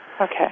Okay